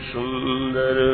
Sundar